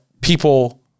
people